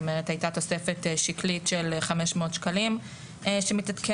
היתה תוספת שקלית של חמש מאות שקלים שמתעדכנת,